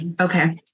Okay